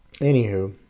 anywho